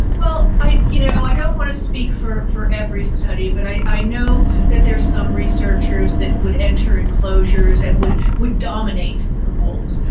well, i you know i don't want to speak for for every study but i know that there were some researchers that would enter enclosures and would would dominate the wolves.